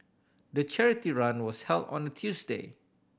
the charity run was held on the Tuesday